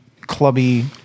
clubby